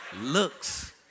looks